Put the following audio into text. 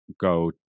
go